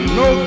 no